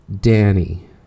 Danny